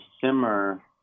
simmer